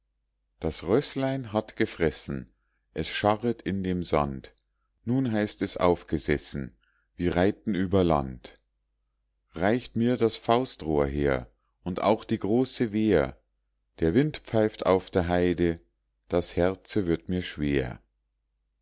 das rößlein hat gefressen es scharret in dem sand nun heißt es aufgesessen wir reiten über land reicht mir das faustrohr her und auch die große wehr der wind pfeift auf der heide das herze wird mir schwer